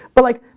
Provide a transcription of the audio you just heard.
but like,